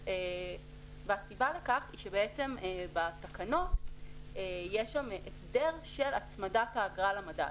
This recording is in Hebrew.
והסיבה לכך היא שבתקנות יש הסדר של הצמדת האגרה למדד.